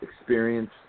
experience